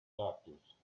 doctors